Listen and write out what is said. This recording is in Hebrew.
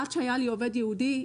עד שהיה לי עובד יהודי,